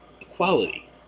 equality